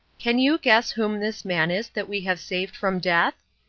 can you guess whom this man is that we have saved from death?